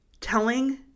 Telling